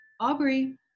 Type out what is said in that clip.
Aubrey